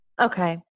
Okay